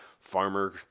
Farmer